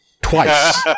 twice